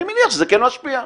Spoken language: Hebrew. אני מניח שזה כן משפיע.